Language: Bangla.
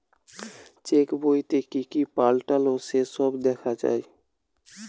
চেক বইতে কি কি পাল্টালো সে সব দেখা যায়